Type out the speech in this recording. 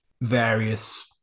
various